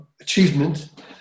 achievement